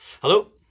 Hello